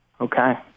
Okay